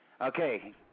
Okay